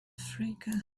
africa